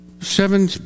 seven